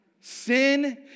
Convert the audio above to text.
Sin